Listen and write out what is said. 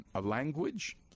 language